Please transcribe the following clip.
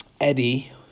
Eddie